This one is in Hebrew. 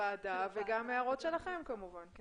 כוועדה וגם הערות שלכם כמובן.